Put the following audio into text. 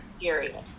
Period